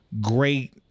great